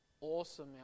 awesome